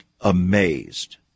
amazed